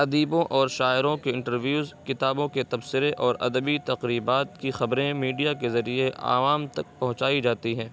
ادیبو اور شاعروں کے انٹرویوز کتابوں کے تبصرے اور ادبی تقریبات کی خبریں میڈیا کے ذریعے آوام تک پہنچائی جاتی ہے